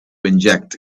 inject